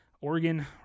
Oregon